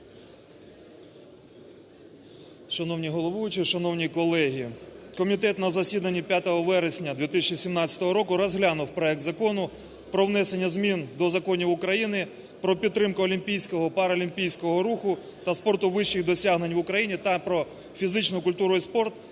Шановна головуюча, шановні колеги, комітет на засіданні 5 вересня 2017 року розглянув проект Закону про внесення змін до Законів України "Про підтримку олімпійського, паралімпійського руху та спорту вищих досягнень в Україні" та "Про фізичну культуру і спорт",